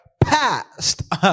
past